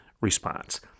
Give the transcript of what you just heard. response